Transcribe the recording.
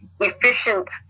efficient